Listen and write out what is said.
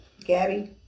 Gabby